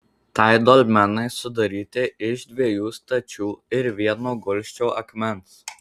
tai dolmenai sudaryti iš dviejų stačių ir vieno gulsčio akmens